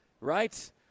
right